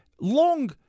long